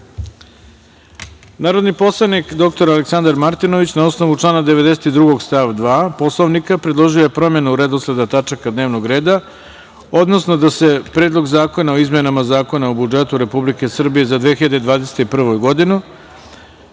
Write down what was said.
predlog. Narodni poslanik dr Aleksandar Martinović, na osnovu člana 92. stav 2. Poslovnika, predložio je promenu redosleda tačaka dnevnog reda, odnosno da se Predlog zakona o izmenama Zakona o budžetu Republike Srbije za 2021. godinu